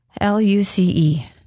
L-U-C-E